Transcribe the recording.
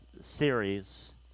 series